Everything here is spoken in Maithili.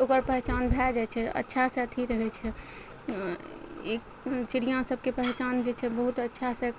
ओकर पहिचान भए जाइ छै अच्छासँ अथी रहय छै चिड़िआँ सबके पहिचान जे छै बहुत अच्छासँ